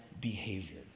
behavior